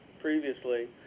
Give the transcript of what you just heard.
previously